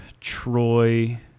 troy